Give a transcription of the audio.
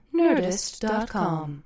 nerdist.com